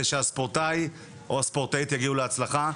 שהספורטאי או הספורטאית יגיעו להצלחה,